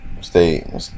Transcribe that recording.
stay